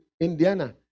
Indiana